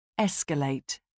Escalate